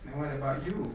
then what about you